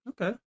Okay